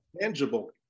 tangible